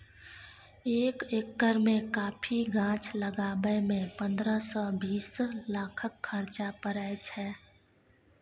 एक एकर मे कॉफी गाछ लगाबय मे पंद्रह सँ बीस लाखक खरचा परय छै